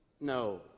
No